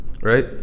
right